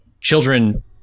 children